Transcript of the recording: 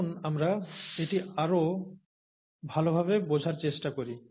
আসুন আমরা এটি আরও ভালভাবে বোঝার চেষ্টা করি